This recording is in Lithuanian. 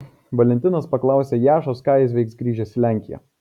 valentinas paklausė jašos ką jis veiks grįžęs į lenkiją